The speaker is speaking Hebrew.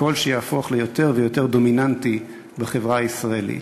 קול שיהפוך ליותר ויותר דומיננטי בחברה הישראלית.